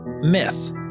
myth